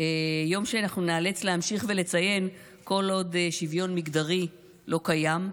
יום שאנחנו ניאלץ להמשיך ולציין כל עוד שוויון מגדרי לא קיים.